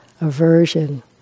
Aversion